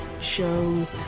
show